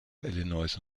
illinois